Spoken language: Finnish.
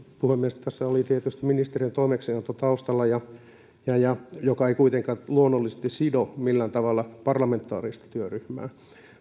puhemies tässä oli tietysti ministeriön toimeksianto taustalla joka ei kuitenkaan luonnollisesti sido millään tavalla parlamentaarista työryhmää